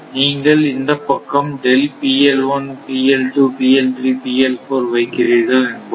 நீங்கள் இந்த பக்கம் வைக்கிறீர்கள் என்போம்